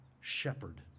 shepherd